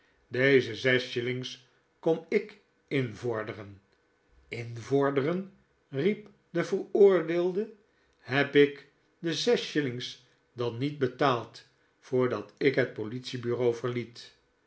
deze zes shillings kom ik invorderen invorderen riep de veroordeelde heb ik de zes shillings dan niet betaald voordat ik het politie-bureau verliet